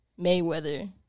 Mayweather